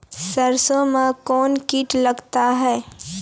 सरसों मे कौन कीट लगता हैं?